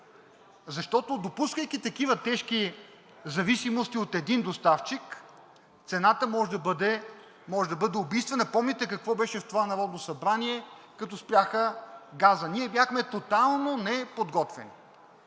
Допускайки такива тежки зависимости от един доставчик, цената може да бъде убийствена. Помните какво беше в това Народно събрание, когато спряха газа. Ние бяхме тотално неподготвени.